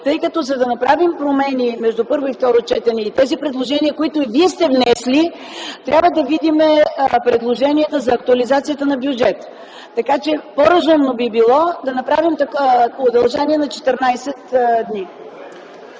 тъй като за да направим промени между първо и второ четене и тези предложения, които Вие сте внесли, трябва да видим предложенията за актуализацията на бюджета. По-разумно би било да направим удължаване на срока